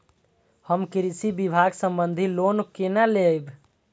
हम कृषि विभाग संबंधी लोन केना लैब?